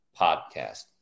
podcast